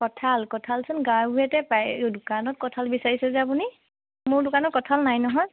কঁঠাল কঁঠালচোন গাঁওবোৰতে পায় দোকানত কঁঠাল বিচাৰিছে যে আপুনি মোৰ দোকানত কঁঠাল নাই নহয়